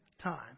time